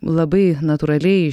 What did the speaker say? labai natūraliai iš